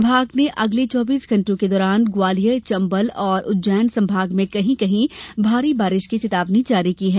विभाग ने अगले चौबीस घंटों के दौरान ग्वालियर चंबल और उज्जैन संभाग में कहीं कहीं भारी बारिश की चेतावनी जारी की है